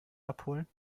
abholen